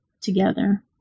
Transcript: together